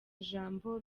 ijambo